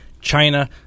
China